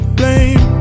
blame